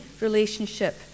relationship